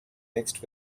next